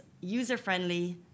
user-friendly